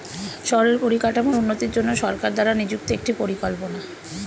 শহরের পরিকাঠামোর উন্নতির জন্য সরকার দ্বারা নিযুক্ত একটি পরিকল্পনা